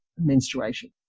menstruation